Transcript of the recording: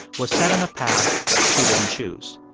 was set on a path she didn't choose.